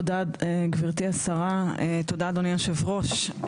תודה גברתי השרה, תודה אדוני יושב הראש.